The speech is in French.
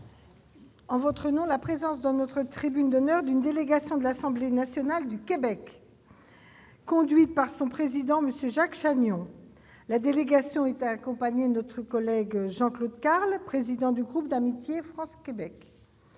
en votre nom la présence, dans notre tribune d'honneur, d'une délégation de l'Assemblée nationale du Québec, conduite par son président, M. Jacques Chagnon. La délégation est accompagnée par notre collègue Jean-Claude Carle, président du groupe d'amitié France-Québec.